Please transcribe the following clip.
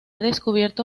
descubierto